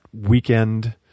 weekend